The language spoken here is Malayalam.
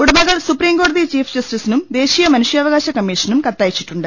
ഉടമകൾ സ്ുപ്രീംകോ ടതി ചീഫ് ജസ്റ്റിസിനും ദേശീയ മനുഷ്യാവകാശ കമ്മീ ഷനും കത്തയച്ചിട്ടുണ്ട്